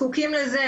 זקוקים לזה,